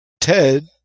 Ted